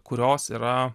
kurios yra